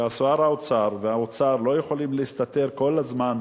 שר האוצר והאוצר לא יכולים להסתתר כל הזמן